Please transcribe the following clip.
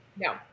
No